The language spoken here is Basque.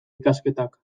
ikasketak